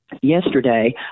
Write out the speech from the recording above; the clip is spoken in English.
yesterday